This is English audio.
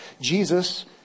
Jesus